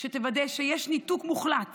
שתוודא שיש ניתוק מוחלט